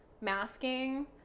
masking